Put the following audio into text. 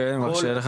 כן, בבקשה.